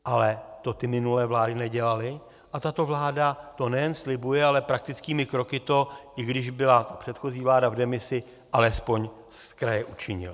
Ale to ty minulé vlády nedělaly a tato vláda to nejen slibuje, ale praktickými kroky to, i když byla předchozí vláda v demisi, alespoň zkraje učinila.